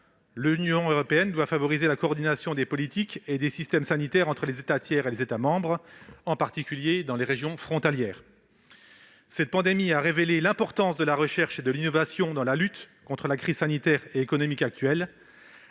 l'Union européenne doit favoriser la coordination des politiques et des systèmes sanitaires entre les États tiers et les États membres, en particulier dans les régions frontalières. Cette pandémie a révélé l'importance de la recherche et de l'innovation dans la lutte contre la crise sanitaire et économique actuelle,